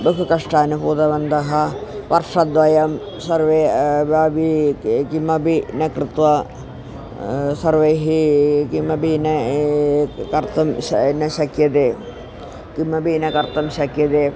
बहु कष्टं अनुभूतवन्तः वर्षद्वयं सर्वे अपि किमपि न कृत्वा सर्वैः किमपि न कर्तुं श न शक्यते किमपि न कर्तुं शक्यते